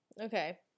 Okay